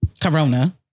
corona